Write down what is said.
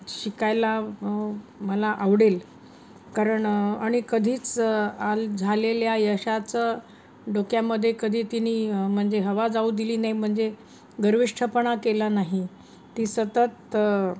शिकायला मला आवडेल कारण आणि कधीच आल झालेल्या यशाचं डोक्यामध्ये कधी तिने म्हणजे हवा जाऊ दिली नाही म्हणजे गर्विष्ठपणा केला नाही ती सतत